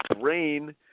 brain